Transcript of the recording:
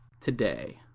today